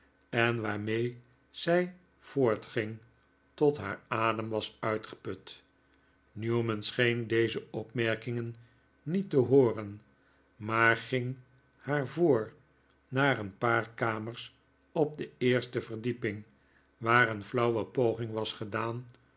en waarmee zij voortging tot haar adem was uitgeput newman scheen deze opmerkingen niet te hooren maar ging haar voor naar een paar kamers op de eerste verdieping waar een flauwe poging was gedaan